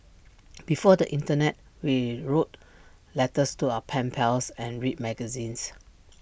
before the Internet we wrote letters to our pen pals and read magazines